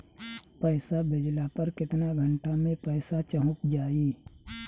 पैसा भेजला पर केतना घंटा मे पैसा चहुंप जाई?